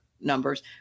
numbers